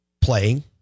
playing